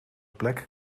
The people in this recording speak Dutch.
plek